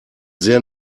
sehr